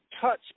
touch